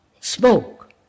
smoke